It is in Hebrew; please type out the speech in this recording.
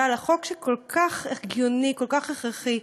לחוק שהוא כל כך הגיוני וכל כך הכרחי,